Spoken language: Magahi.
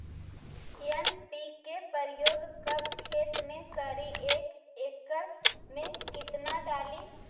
एन.पी.के प्रयोग कब खेत मे करि एक एकड़ मे कितना डाली?